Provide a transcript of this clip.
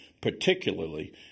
particularly